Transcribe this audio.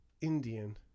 Indian